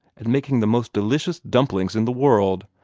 at making the most delicious dumplings in the world.